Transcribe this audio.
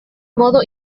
modo